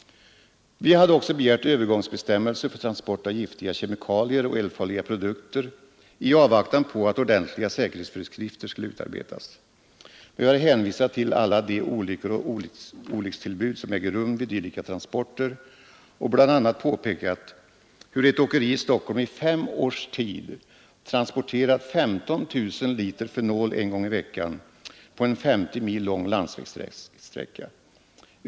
Vi hade även begärt övergångsbestämmelser för transport av giftiga kemikalier och eldfarliga produkter i avvaktan på att ordentliga säkerhetsföreskrifter skulle utarbetas. Vi har hänvisat till alla de olyckor och olyckstillbud som äger rum vid dylika transporter och bl.a. pekat på hur ett åkeri i Stockholm i fem års tid transporterat 15 000 liter fenol en gång i veckan på en 50 mil lång landsvägssträcka.